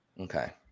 Okay